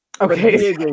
Okay